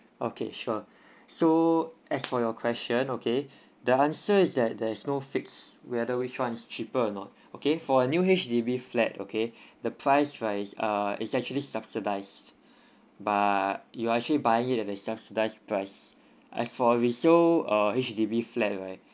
okay sure so as for your question okay the answer is that there's no fixed whether which one is cheaper or not okay for a new H_D_B flat okay the price right is uh is actually subsidised by you're actually buying it at a subsidise price as for resale uh H_D_B flat right